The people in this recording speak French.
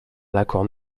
l’accord